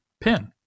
pin